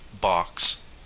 box